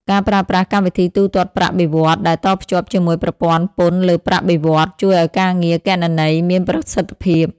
ការប្រើប្រាស់កម្មវិធីទូទាត់ប្រាក់បៀវត្សរ៍ដែលតភ្ជាប់ជាមួយប្រព័ន្ធពន្ធលើប្រាក់បៀវត្សរ៍ ជួយឱ្យការងារគណនេយ្យមានប្រសិទ្ធភាព។